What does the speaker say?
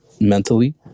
mentally